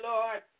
Lord